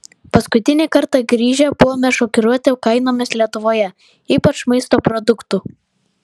paskutinį kartą grįžę buvome šokiruoti kainomis lietuvoje ypač maisto produktų